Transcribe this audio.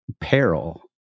peril